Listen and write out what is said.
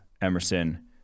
Emerson